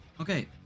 Okay